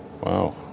Wow